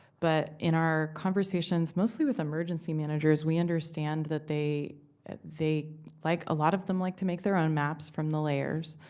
but in our conversations mostly with emergency managers, we understand that they they like, a lot of them like to make their own maps from the layers.